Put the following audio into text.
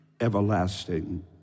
everlasting